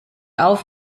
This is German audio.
auf